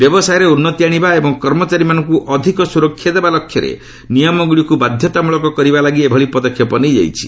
ବ୍ୟବସାୟରେ ଉନ୍ନତି ଆଶିବା ଏବଂ କର୍ମଚାରୀମାନଙ୍କୁ ଅଧିକ ସୁରକ୍ଷା ଦେବା ଲକ୍ଷ୍ୟରେ ନିୟମଗୁଡ଼ିକୁ ବାଧ୍ୟତାମୂଳକ କରିବା ଲାଗି ଏଭଳି ପଦକ୍ଷେପ ନିଆଯାଇଛି